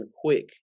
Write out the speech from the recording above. quick